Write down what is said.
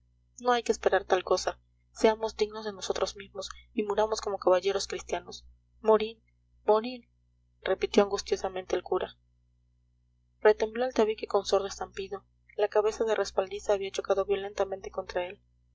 no hay que esperar tal cosa seamos dignos de nosotros mismos y muramos como caballeros cristianos morir morir repitió angustiosamente el cura retembló el tabique con sordo estampido la cabeza de respaldiza había chocado violentamente contra él